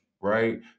right